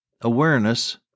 awareness